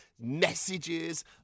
messages